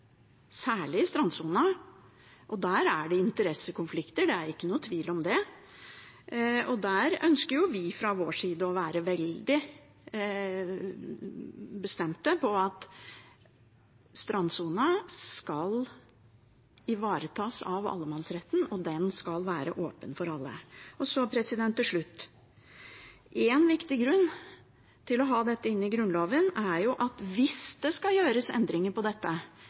interessekonflikter, det er ikke noen tvil om det. Der er vi fra vår side veldig bestemt på at strandsonen skal ivaretas av allemannsretten, og at den skal være åpen for alle. Og så til slutt: En viktig grunn til å få dette inn i Grunnloven er at hvis det skal gjøres endringer i dette,